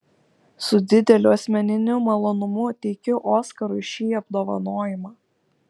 su dideliu asmeniniu malonumu teikiu oskarui šį apdovanojimą